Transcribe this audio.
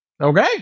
Okay